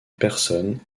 personnes